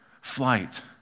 flight